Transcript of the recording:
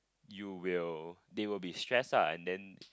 you will they will be stress ah and then